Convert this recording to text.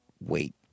wait